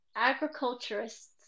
agriculturists